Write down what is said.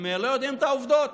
הם לא יודעים את העובדות.